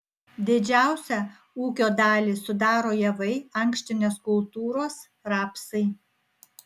didžiausią ūkio dalį sudaro javai ankštinės kultūros rapsai